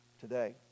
today